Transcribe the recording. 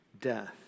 death